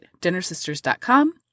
dinnersisters.com